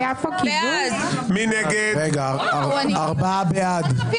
הצבעה לא